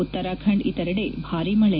ಉತ್ತರಾಖಂಡ್ ಇತರೆದೆ ಭಾರೀ ಮಳೆ